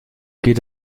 geht